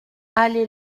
allée